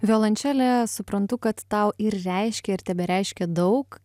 violončelė suprantu kad tau ir reiškia ir tebereiškia daug